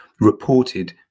reported